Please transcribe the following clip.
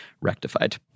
rectified